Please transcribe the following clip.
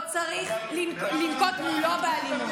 לא צריך לנקוט מולו אלימות.